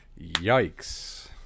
Yikes